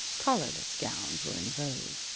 collarless gowns were in vogue.